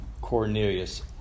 Cornelius